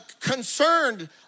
concerned